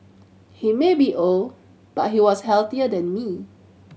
he may be old but he was healthier than me